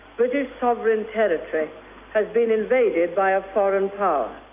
british sovereign territory has been invaded by a foreign power.